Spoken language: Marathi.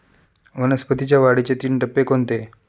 वनस्पतींच्या वाढीचे तीन टप्पे कोणते?